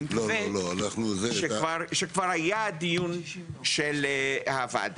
ואז אני מקווה שכבר יהיה דיון של הוועדה.